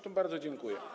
To bardzo dziękuję.